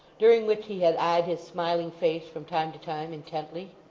during which he had eyed his smiling face from time to time intently,